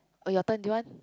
oh your turn do you want